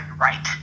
right